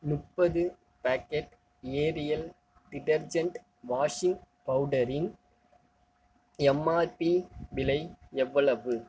முப்பது packet Ariel detergent washing பவுடரின் MRP விலை எவ்வளவு